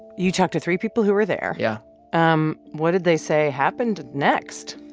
you talked to three people who were there yeah um what did they say happened next?